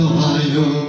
Ohio